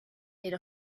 made